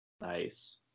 Nice